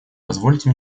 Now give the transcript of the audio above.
позвольте